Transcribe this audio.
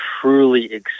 truly